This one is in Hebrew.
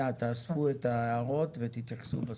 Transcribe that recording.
תאספו את ההערות ותתייחסו בסוף.